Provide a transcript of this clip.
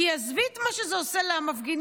כי עזבי את מה שזה עושה למפגינים,